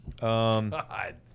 God